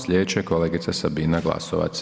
Sljedeća je kolegica Sabina Glasovac.